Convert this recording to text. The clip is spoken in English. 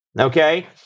okay